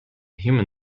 human